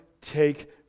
take